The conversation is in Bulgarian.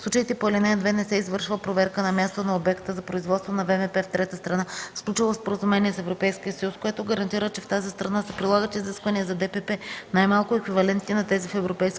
случаите по ал. 2 не се извършва проверка на място на обекта за производство на ВМП в трета страна, сключила споразумение с Европейския съюз, което гарантира, че в тази страна се прилагат изисквания за ДПП, най-малко еквивалентни на тези в Европейския съюз.”.